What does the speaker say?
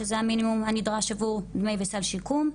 שזה המינימום הנדרש עבור דמי וסל שיקום,